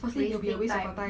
wasting time